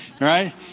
Right